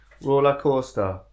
Roller-coaster